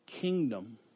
kingdom